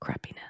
crappiness